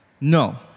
No